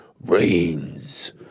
reigns